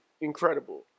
incredible